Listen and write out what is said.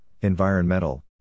environmental